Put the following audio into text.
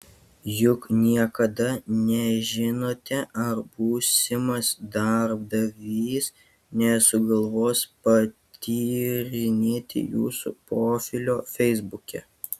juk niekada nežinote ar būsimas darbdavys nesugalvos patyrinėti jūsų profilio feisbuke